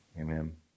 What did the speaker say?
amen